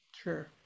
Sure